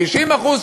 50%,